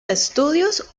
estudios